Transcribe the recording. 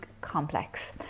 complex